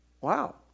Wow